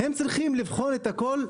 הם צריכים לבחון את הכול,